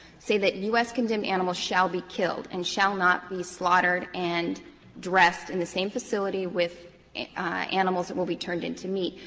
say that u s. condemned animals shall be killed and shall not be slaughtered and dressed in the same facility with animals that will be turned into meat.